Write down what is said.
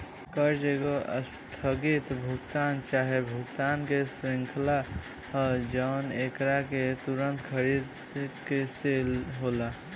कर्जा एगो आस्थगित भुगतान चाहे भुगतान के श्रृंखला ह जवन एकरा के तुंरत खरीद से होला